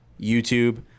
YouTube